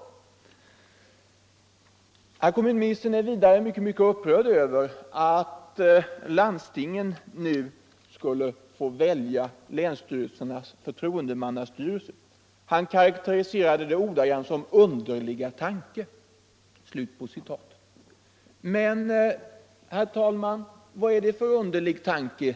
Vidare var kommunministern upprörd över att vi vill att landstingen nu skall få välja länsstyrelsernas förtroendemannastyrelse. Han karak teriserade det som en ”underlig tanke”. Men vad är det för underlig tanke?